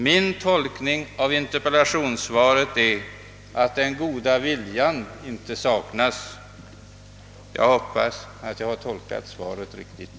Min tolkning av interpellationssvaret är att den goda viljan inte saknas. Jag hoppas att jag har tolkat svaret riktigt.